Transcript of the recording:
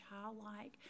childlike